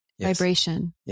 vibration